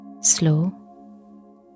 slow